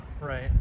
right